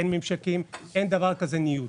אין ממשקים ואין ניוד.